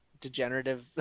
degenerative